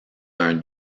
d’un